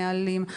נהלים,